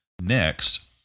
next